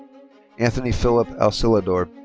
anthony phillip asilador.